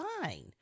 fine